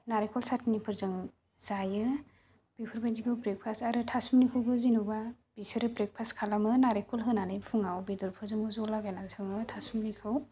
नारेंखल चाटनिफोरजों जायो बेफोरबायदिखौ ब्रेकफास्ट आरो थासुमलिखौबो जेनेबा बिसोरो ब्रेकफास्ट खालामो नारेंखल होनानै फुङाव बेदरफोरजोंबो ज' लागायनानै सङो थासुमलिखौ